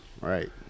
Right